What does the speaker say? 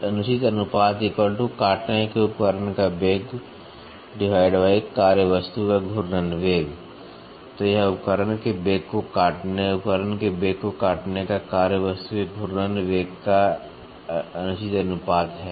अनुचित अनुपात काटने के उपकरण का वेग कार्य वस्तु का घूर्णन वेग तो यह उपकरण के वेग को काटने उपकरण के वेग को काटने का कार्य वस्तु के घूर्णन वेग का अनुचित अनुपात है